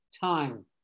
time